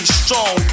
strong